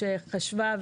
שחשבה,